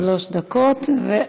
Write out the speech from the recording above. שלוש דקות ותוספת.